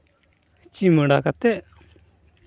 ᱪᱩᱢᱟᱹᱲᱟ ᱠᱟᱛᱮᱫ